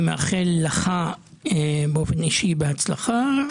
אני מאחל לך באופן אישי הצלחה.